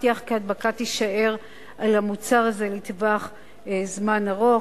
מבטיח כי ההדבקה תישאר על המוצר הזה לטווח זמן ארוך,